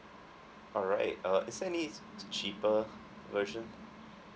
alright uh is there any cheaper version